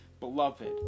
Beloved